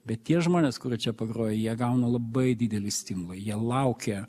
bet tie žmonės kurie čia pagroja jie gauna labai didelį stimulą jie laukia